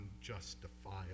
unjustifiable